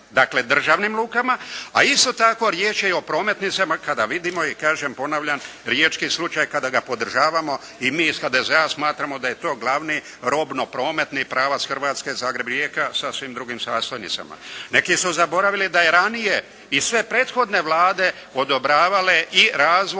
dakle državnim lukama, a isto tako riječ je i o prometnicama kada vidimo i kažem, ponavljam, riječki slučaj kada ga podražavamo i mi iz HDZ-a smatramo da je to glavni robno-prometni pravac Hrvatske Zagreb-Rijeka sa svim drugim sastojnicama. Neki su zaboravili da je ranije i sve prethodne vlade odobravale i razvoj